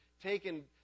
taken